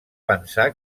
pensar